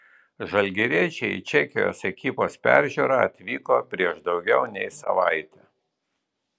žalgiriečiai į čekijos ekipos peržiūrą atvyko prieš daugiau nei savaitę